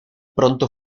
pronto